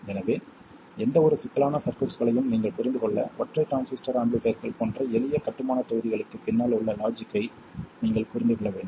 எனவே எந்தவொரு சிக்கலான சர்க்யூட்ஸ்களையும் நீங்கள் புரிந்து கொள்ள ஒற்றை டிரான்சிஸ்டர் ஆம்பிளிஃபைர்கள் போன்ற எளிய கட்டுமானத் தொகுதிகளுக்குப் பின்னால் உள்ள லாஜிக்கை நீங்கள் புரிந்து கொள்ள வேண்டும்